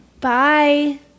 Bye